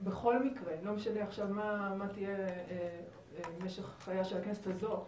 בכל מקרה, לא משנה מה יהיה משך חייה של הכנסת הזו,